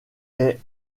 est